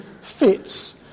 fits